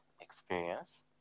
experience